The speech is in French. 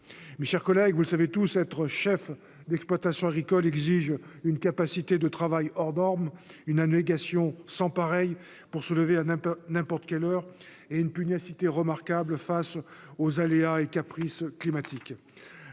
Mes chers collègues, vous le savez tous, être chef d'exploitation agricole exige une capacité de travail hors normes, une abnégation sans pareille pour se lever à n'importe quelle heure et une pugnacité remarquable face aux aléas et caprices climatiques.